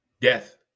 death